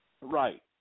Right